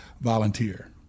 volunteer